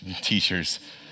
teachers